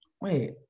Wait